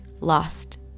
Lost